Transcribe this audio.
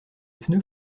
pneus